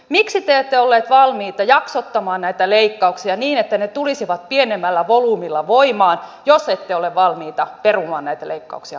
miksi te ette olleet valmiita jaksottamaan näitä leikkauksia niin että ne tulisivat pienemmällä volyymilla voimaan jos ette ole valmiita perumaan näitä leikkauksia kokonaan